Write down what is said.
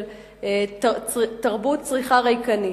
של תרבות צריכה ריקנית.